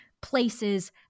places